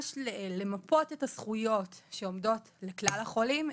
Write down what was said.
למפות את הזכויות שעומדות לכלל החולים,